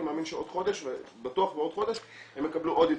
אני בטוח שבעוד חודש הם יקבלו עוד עדכון.